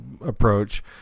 approach